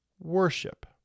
worship